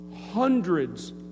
hundreds